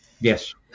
Yes